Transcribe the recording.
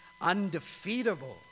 undefeatable